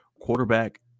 quarterback